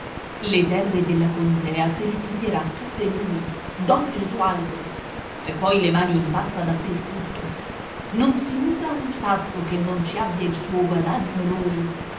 le terre della contea se le piglierà tutte lui don gesualdo e poi le mani in pasta da per tutto non si mura un sasso che non ci abbia il suo guadagno lui